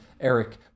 eric